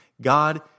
God